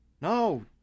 No